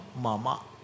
mama